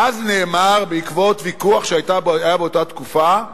ואז נאמר, בעקבות ויכוח שהיה באותה תקופה,